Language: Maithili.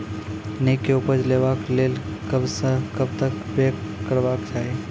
नीक उपज लेवाक लेल कबसअ कब तक बौग करबाक चाही?